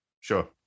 Sure